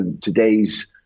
today's